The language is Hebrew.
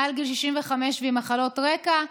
מעל גיל 65 ועם מחלות רקע,